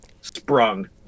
sprung